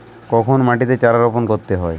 কখন মাটিতে চারা রোপণ করতে হয়?